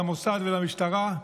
למוסד ולמשטרה,